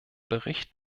bericht